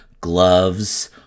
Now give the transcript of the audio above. gloves